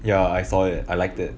ya I saw it I liked it